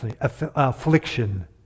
affliction